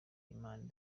imana